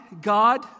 God